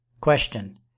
Question